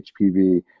HPV